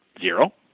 Zero